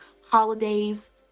holidays